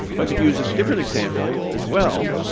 if i could use a different example as well,